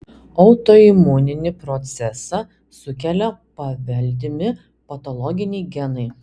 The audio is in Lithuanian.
autoimuninį procesą sukelia paveldimi patologiniai genai